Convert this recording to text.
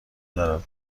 دارد